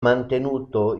mantenuto